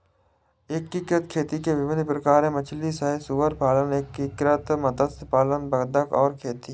एकीकृत खेती के विभिन्न प्रकार हैं मछली सह सुअर पालन, एकीकृत मत्स्य पालन बतख और खेती